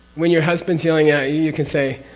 when your husband's yelling at you, you can say,